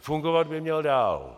Fungovat by měl dál.